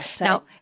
Now